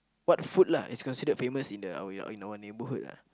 what food lah is considered famous in the in our neighbourhood lah